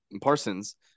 parsons